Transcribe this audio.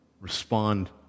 respond